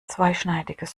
zweischneidiges